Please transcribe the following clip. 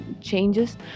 changes